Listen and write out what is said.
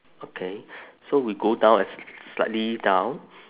okay so we go down as slightly down